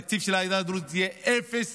התקציב של העדה הדרוזית יהיה אפס